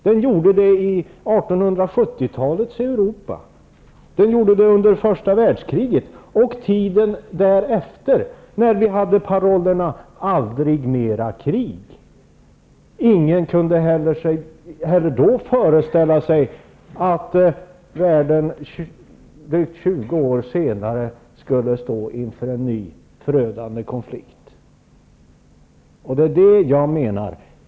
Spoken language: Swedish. Den gjorde det i 1870-talets Europa, och den gjorde det under första världskriget och tiden därefter, när vi hade parollen: Aldrig mera krig. Ingen kunde då heller föreställa sig att världen drygt 20 år senare skulle stå inför en ny förödande konflikt.